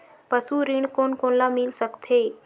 पशु ऋण कोन कोन ल मिल सकथे?